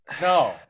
No